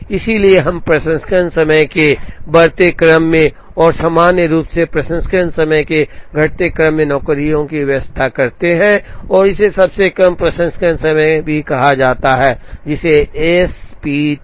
इसलिए हम प्रसंस्करण समय के बढ़ते क्रम में और सामान्य रूप से प्रसंस्करण समय के घटते क्रम में नौकरियों की व्यवस्था करते हैं और इसे सबसे कम प्रसंस्करण समय भी कहा जाता है जिसे एसपी टी